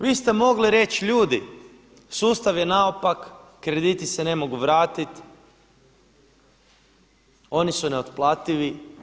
Vi ste mogli reći ljudi, sustav je naopak, krediti se ne mogu vratiti, oni su neotplativi.